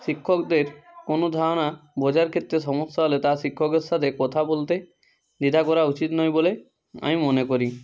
শিক্ষকদের কোনো ধারণা বোঝার ক্ষেত্রে সমস্যা হলে তা শিক্ষকের সাথে কথা বলতে দ্বিধা করা উচিত নয় বলে আমি মনে করি